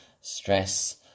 stress